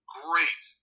great